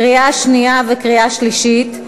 קריאה שנייה וקריאה שלישית.